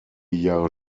jahre